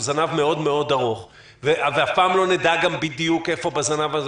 מאוד-מאוד ארוך ואף פעם לא נדע בדיוק איפה בזנב הזה